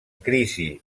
crisi